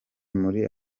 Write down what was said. muri